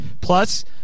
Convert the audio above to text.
Plus